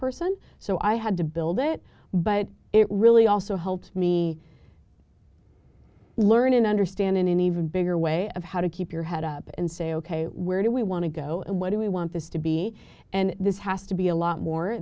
person so i had to build it but it really also helped me learn and understand in an even bigger way of how to keep your head up and say ok where do we want to go what do we want this to be and this has to be a lot more